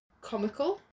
comical